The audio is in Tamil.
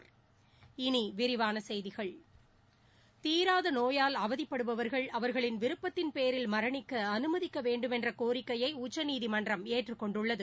இனி விரிவான செய்திகள் தீராத நோயால் அவதிப்படுபவர்கள் அவர்களின் விருப்பத்தின் பேரில் மரணிக்க அனுமதிக்க வேண்டும் என்ற கோரிக்கையை உச்சநீதிமன்றம் ஏற்றுக் கொண்டுள்ளது